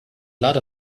lot